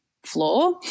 floor